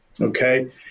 Okay